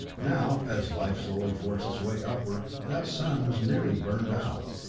now, as life slowly forced its way upward, that sun was nearly burned out.